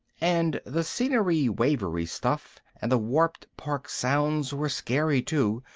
and the scenery-wavery stuff and the warped park-sounds were scary too.